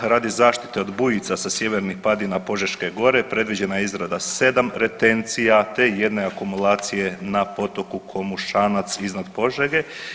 Radi zaštite od bujica sa sjevernih padina Požeške gore predviđena je izrada 7 retencija te jedne akumulacije na potoku Komušanac iznad Požege.